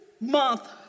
month